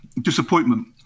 disappointment